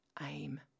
aim